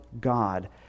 God